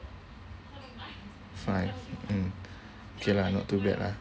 five mm K lah not too bad lah